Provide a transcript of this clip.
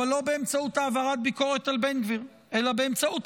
אבל לא באמצעות העברת ביקורת על בן גביר אלא באמצעות